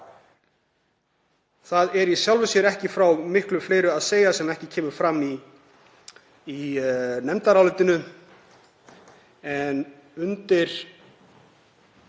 Það er í sjálfu sér ekki frá miklu fleiru að segja sem ekki kemur fram í nefndarálitinu.